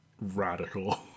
radical